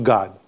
God